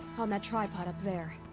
on that tripod up there.